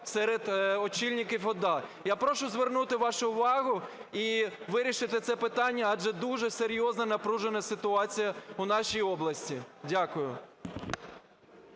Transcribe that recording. серед очільників ОДА. Я прошу звернути вашу увагу і вирішити це питання, адже дуже серйозна напружена ситуація у нашій області. Дякую.